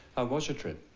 was your trip?